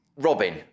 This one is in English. Robin